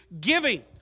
Giving